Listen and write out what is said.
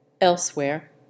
Elsewhere